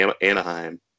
Anaheim